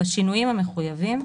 בשינויים המחויבים,